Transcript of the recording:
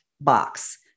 box